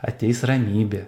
ateis ramybė